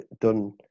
done